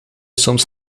soms